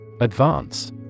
Advance